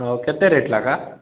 ହଁ କେତେ ରେଟ୍ ଲେଖା